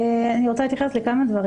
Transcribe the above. אני רוצה להתייחס לכמה דברים.